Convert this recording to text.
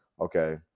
okay